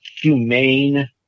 humane